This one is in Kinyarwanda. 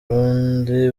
burundi